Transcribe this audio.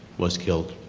was killed.